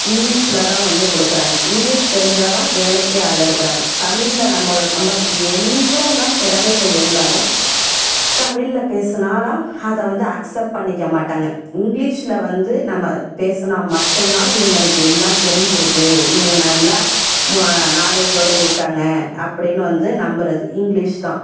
இங்கிலிஷ்ல தான் வந்து கொடுக்குறாங்க இங்கிலிஷ் தெரிஞ்சால் தான் வேலைக்கே ஆள் எடுக்கிறாங்க தமிழ்ல நம்மளை நம்மளுக்கு எந் எவ்வளோதான் திறமைகள் இருந்தாலும் தமிழ்ல பேசுனால் தான் அதை வந்து அக்ஸ்செப்ட் பண்ணிக்க மாட்டாங்கள் இங்கிலிஷ்ல வந்து நம்ம பேசுனால் மட்டும் தான் இவங்களுக்கு எல்லாம் தெரிஞ்சிருக்குது இவங்க நல்லா மொ நாலெஜ்ஜோட இருக்காங்கள் அப்படின்னு வந்து நம்புகிறது இங்கிலிஷ் தான்